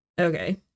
Okay